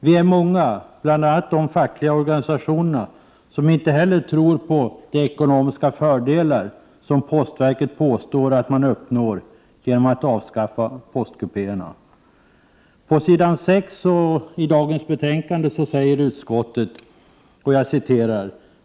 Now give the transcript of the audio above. Vi är många, bl.a. inom de fackliga organisationerna, som inte heller tror på de ekonomiska fördelar som postverket påstår att man uppnår genom att avskaffa postkupéerna.